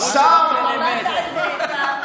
מה תעשה איתם?